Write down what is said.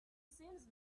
seems